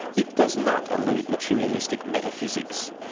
it does not elude materialistic metaphysics,